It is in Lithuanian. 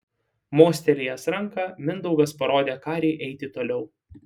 mostelėjęs ranka mindaugas parodė kariui eiti toliau